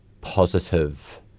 positive